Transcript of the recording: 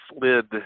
slid